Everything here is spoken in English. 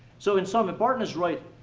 so, in sum, if barton is right,